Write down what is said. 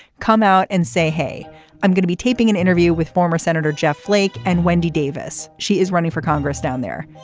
come out and say hey i'm going to be taping an interview with former senator jeff flake and wendy davis. she is running for congress down there.